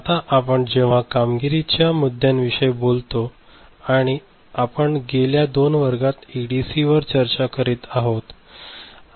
आता आपण जेव्हा कामगिरी च्या मुद्द्यांविषयी बोलता आणि आपण गेल्या दोन वर्गात एडीसीवर चर्चा करीतच आहोत